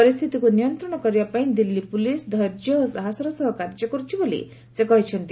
ପରିସ୍ଥିତିକୁ ନିୟନ୍ତ୍ରଣ କରିବା ପାଇଁ ଦିଲ୍ଲୀ ପୁଲିସ୍ ଧୈର୍ଯ୍ୟ ଓ ସାହସର ସହ କାର୍ଯ୍ୟ କରୁଛି ବୋଲି ସେ କହିଛନ୍ତି